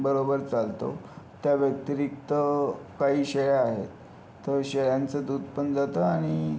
बरोबर चालतो त्या व्यतिरिक्त काही शेळ्या आहेत तर शेळ्यांचं दूध पण जातं आणि